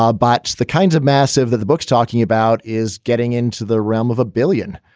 ah but the kinds of massive that the book's talking about is getting into the realm of a billion.